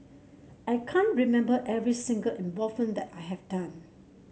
I can't remember every single involvement that I have done